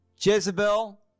Jezebel